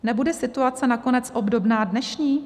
Nebude situace nakonec obdobná dnešní?